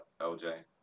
LJ